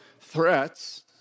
threats